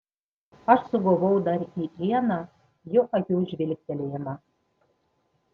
aš sugavau dar į ieną jo akių žvilgtelėjimą